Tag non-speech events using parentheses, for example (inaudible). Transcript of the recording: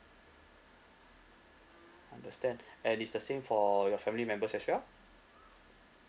understand (breath) and it's the same for your family members as well